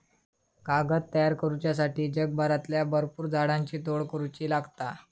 कागद तयार करुच्यासाठी जगभरातल्या भरपुर झाडांची तोड करुची लागता